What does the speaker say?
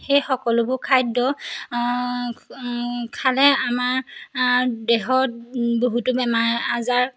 সেই সকলোবোৰ খাদ্য খালে আমাৰ দেহত বহুতো বেমাৰ আজাৰ